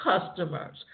customers